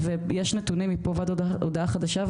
ויש נתונים מפה ועד הודעה חדשה,